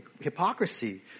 hypocrisy